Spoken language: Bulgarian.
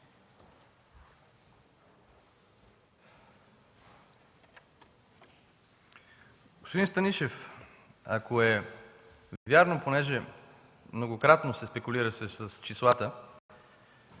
Господин Станишев, ако е вярно – понеже многократно се спекулираше с числата,